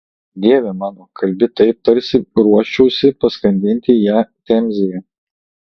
dieve mano kalbi taip tarsi ruoščiausi paskandinti ją temzėje